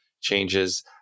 changes